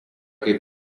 kaip